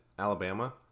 Alabama